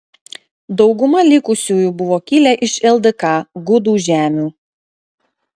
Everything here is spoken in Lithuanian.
dauguma likusiųjų buvo kilę iš ldk gudų žemių